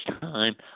time